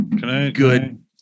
good